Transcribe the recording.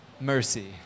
mercy